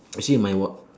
actually my one